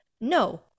No